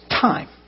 time